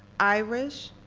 irish,